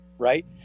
right